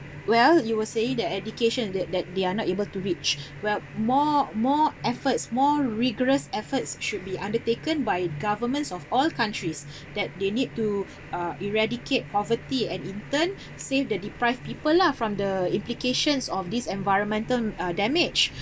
well you will say that education that that they are not able to reach well more more efforts more rigorous efforts should be undertaken by governments of all countries that they need to uh eradicate poverty and in turn save the deprived people lah from the implications of this environmental uh damage